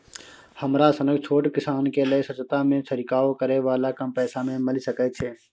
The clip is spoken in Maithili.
हमरा सनक छोट किसान के लिए सस्ता में छिरकाव करै वाला कम पैसा में मिल सकै छै?